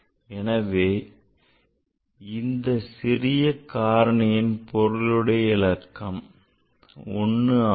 எனவே இந்த சிறிய காரணியின் பொருளுடைய இலக்கம் 1 ஆகும்